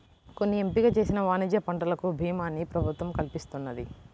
కొన్ని ఎంపిక చేసిన వాణిజ్య పంటలకు భీమాని ప్రభుత్వం కల్పిస్తున్నది